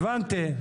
הבנתי,